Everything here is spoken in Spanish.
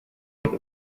eres